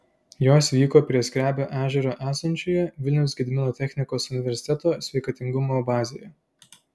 jos vyko prie skrebio ežero esančioje vilniaus gedimino technikos universiteto sveikatingumo bazėje